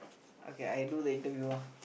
okay I do the interview ah